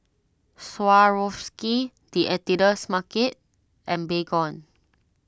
Swarovski the Editor's Market and Baygon